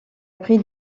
pris